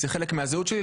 זה חלק מהזהות שלי,